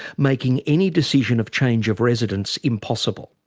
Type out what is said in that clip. making any decision of change of residence impossible.